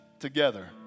Together